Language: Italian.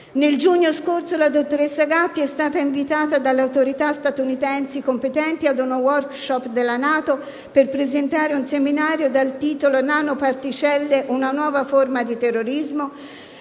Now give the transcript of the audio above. Nel giugno scorso la dottoressa Gatti è stata invitata dalle autorità statunitensi competenti ad un *workshop* della NATO per presentare un seminario dal titolo «Nanoparticelle: una nuova forma di terrorismo?».